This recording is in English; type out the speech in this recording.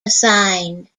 assigned